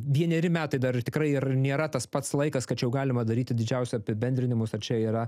vieneri metai dar tikrai ir nėra tas pats laikas kad čia jau galima daryti didžiausią apibendrinimus ar čia yra